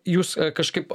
jūs kažkaip